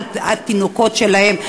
על התינוקות שלהם,